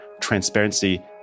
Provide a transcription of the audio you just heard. transparency